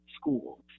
schools